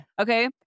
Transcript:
Okay